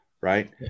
right